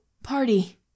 Party